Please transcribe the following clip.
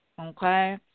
Okay